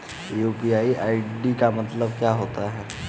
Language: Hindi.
यू.पी.आई आई.डी का मतलब क्या होता है?